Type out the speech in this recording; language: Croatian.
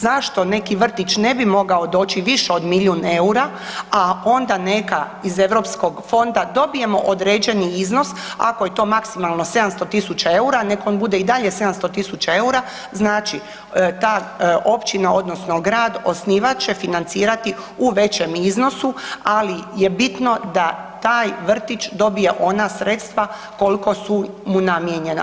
Zašto neki vrtić ne bi mogao doći više od milijun eura, a onda neka iz EU fonda dobijemo određeni iznos, ako je to maksimalno 700 tisuća eura, neka on bude i dalje 700 tisuća eura, znači, ta općina odnosno grad, osnivač će financirati u većem iznosu, ali je bitno da taj vrtić dobije ona sredstva koliko su mu namijenjena.